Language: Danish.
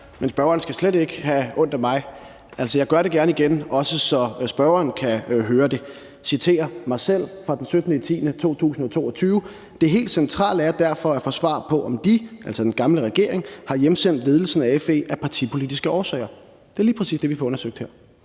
(V): Spørgeren skal slet ikke have ondt af mig. Jeg gør det gerne igen, også så spørgeren kan høre det, altså citerer mig selv fra den 17. oktober 2022: »Det helt centrale er derfor at få svar på, om de« – altså den gamle regering – »har hjemsendt ledelsen af FE af partipolitiske årsager« . Det er lige præcis det, vi får undersøgt det